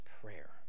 prayer